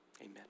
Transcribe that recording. Amen